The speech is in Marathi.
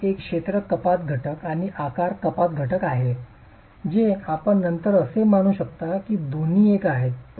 तेथे एक क्षेत्र कपात घटक आणि आकार कपात घटक आहे जे आपण नंतर असे मानू शकता की दोन्ही एक आहेत